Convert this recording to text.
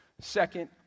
second